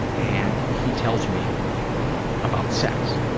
and he tells me about sex.